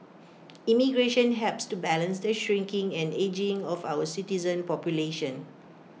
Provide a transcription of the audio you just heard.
immigration helps to balance the shrinking and ageing of our citizen population